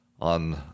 on